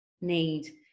need